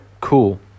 cool